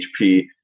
HP